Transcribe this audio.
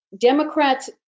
Democrats